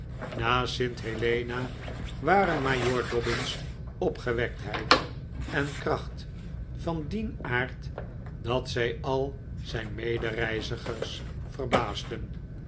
na st helena waren majoor dobbin's opgewektheid en kracht van dien aard dat zij al zijn medereizigers verbaasden